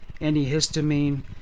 antihistamine